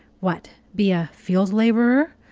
what! be a field laborer,